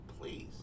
please